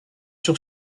sur